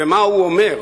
ומה הוא אומר.